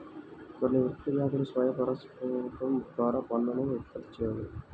కొన్ని వృక్ష జాతులు స్వీయ పరాగసంపర్కం ద్వారా పండ్లను ఉత్పత్తి చేయవు